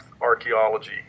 archaeology